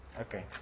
okay